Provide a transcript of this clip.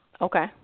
Okay